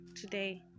today